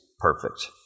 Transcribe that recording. perfect